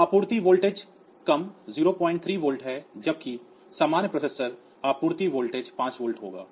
तो आपूर्ति वोल्टेज कम 030 वोल्ट है जबकि सामान्य प्रोसेसर आपूर्ति वोल्टेज 5 वोल्ट होगा